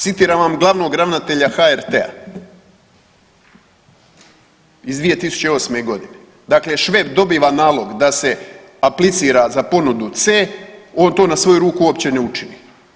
Citiram vam glavnog ravnatelja HRT-a iz 2008., dakle Šveb dobiva nalog da se aplicira za ponudu C, on to na svoju ruku uopće ne učini.